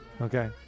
Okay